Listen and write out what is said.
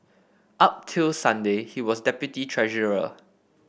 up till Sunday he was deputy treasurer